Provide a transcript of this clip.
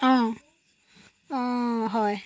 অঁ অঁ হয়